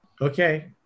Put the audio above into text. Okay